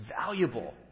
valuable